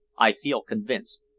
i feel convinced.